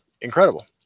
incredible